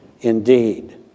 indeed